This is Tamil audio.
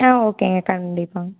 ஆ ஓகேங்க கண்டிப்பாக